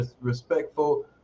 respectful